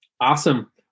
Awesome